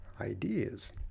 ideas